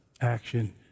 action